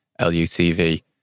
LUTV